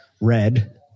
red